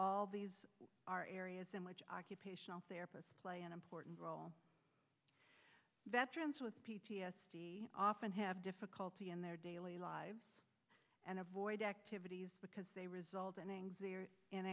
all these are areas in which occupational therapist play an important role veterans with p t s d often have difficulty in their daily lives and avoid activities because they res